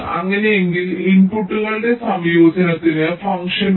അങ്ങനെയെങ്കിൽ ഇൻപുട്ടുകളുടെ സംയോജനത്തിനാണ് ഫംഗ്ഷൻ 1